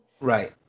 Right